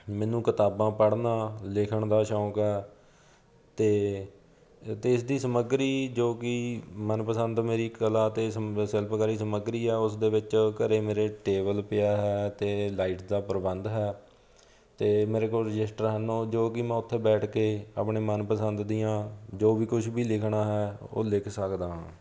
ਮੈਨੂੰ ਕਿਤਾਬਾਂ ਪੜ੍ਹਨਾ ਲਿਖਣ ਦਾ ਸ਼ੌਂਕ ਆ ਅਤੇ ਦੇਸ਼ ਦੀ ਸਮੱਗਰੀ ਜੋ ਕਿ ਮਨ ਪਸੰਦ ਮੇਰੀ ਕਲਾ ਅਤੇ ਸ਼ਿਲਪਕਾਰੀ ਸਮੱਗਰੀ ਆ ਉਸ ਦੇ ਵਿੱਚ ਘਰੇ ਮੇਰੇ ਟੇਬਲ ਪਿਆ ਹੈ ਅਤੇ ਲਾਈਟ ਦਾ ਪ੍ਰਬੰਧ ਹੈ ਅਤੇ ਮੇਰੇ ਕੋਲ ਰਜਿਸਟਰ ਹਨ ਜੋ ਕਿ ਮੈਂ ਉੱਥੇ ਬੈਠ ਕੇ ਆਪਣੇ ਮਨ ਪਸੰਦ ਦੀਆਂ ਜੋ ਵੀ ਕੁਝ ਵੀ ਲਿਖਣਾ ਹੈ ਉਹ ਲਿਖ ਸਕਦਾ ਹਾਂ